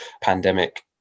pandemic